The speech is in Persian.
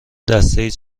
دستهای